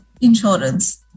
insurance